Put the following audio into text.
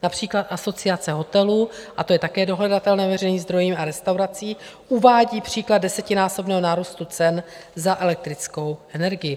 Například Asociace hotelů a to je také dohledatelné ve veřejných zdrojích a restaurací uvádí příklad desetinásobného nárůstu cen za elektrickou energii.